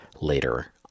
later